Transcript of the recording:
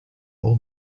old